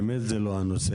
באמת זה לא הנושא.